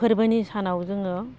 फोरबोनि सानाव जोङो